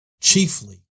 chiefly